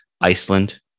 Iceland